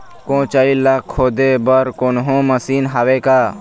कोचई ला खोदे बर कोन्हो मशीन हावे का?